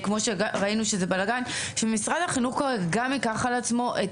שכמו שראינו יש בזה בלגן שמשרד החינוך גם ייקח על עצמו את